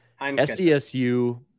SDSU